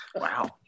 Wow